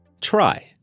Try